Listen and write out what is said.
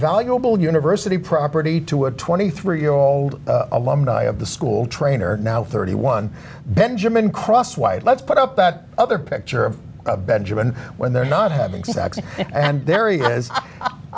valuable university property to a twenty three year old alumni of the school trainer now thirty one benjamin crosswhite let's put up that other picture of benjamin when they're not having sex and they're